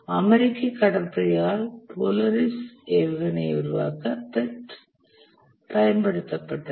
அமெரிக்க கடற்படையால் போலரிஸ் ஏவுகணையை உருவாக்க PERT பயன்படுத்தப்பட்டது